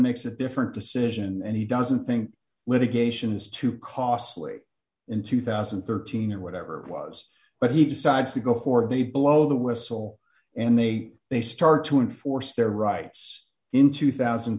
makes a different decision and he doesn't think litigation is too costly in two thousand and thirteen or whatever it was but he decides to go for it they blow the whistle and they they start to enforce their rights in two thousand